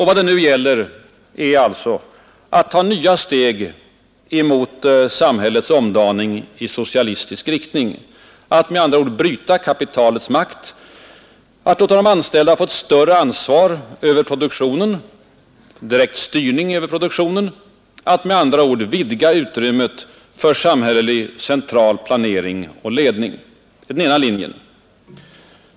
Vad det nu gäller är alltså att ta nya steg mot samhällets omdaning i socialistisk riktning, att bryta kapitalets makt, att låta de anställda få ett större ansvar för produktionen, en direkt styrning av den, att med andra ord vidga utrymmet för samhällelig central planering och ledning. Det är den ena linjen.